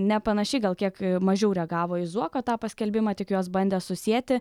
ne panašiai gal kiek mažiau reagavo į zuoko tą paskelbimą tik juos bandė susieti